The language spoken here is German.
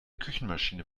küchenmaschine